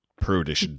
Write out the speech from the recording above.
Prudish